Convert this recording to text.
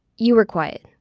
you were quiet.